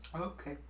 Okay